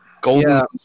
golden